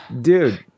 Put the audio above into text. dude